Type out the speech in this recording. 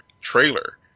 trailer